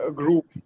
group